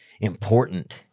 important